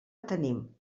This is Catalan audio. tenim